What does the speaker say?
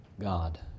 God